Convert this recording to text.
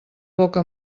boca